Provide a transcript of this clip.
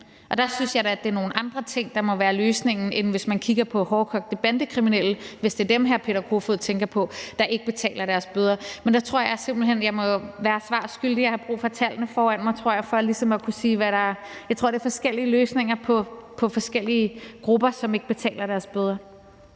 Og der synes jeg da, at det er nogle andre ting, der må være løsningen, end hvis man kigger på hårdkogte bandekriminelle – hvis det er dem, hr. Peter Kofod tænker på – der ikke betaler deres bøder. Men der tror jeg simpelt hen, jeg må være svar skyldig. Jeg har brug for tallene foran mig, tror jeg, for ligesom at kunne sige noget om det. Jeg tror, der er forskellige løsninger på forskellige grupper, som ikke betaler deres bøder.